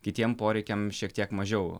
kitiem poreikiam šiek tiek mažiau